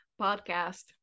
podcast